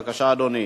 בבקשה, אדוני.